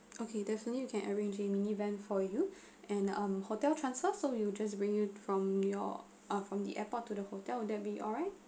okay definitely we can arrange a minivan for you and um hotel transfer so we will just bring you from your uh from the airport to the hotel would that be alright